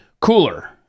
cooler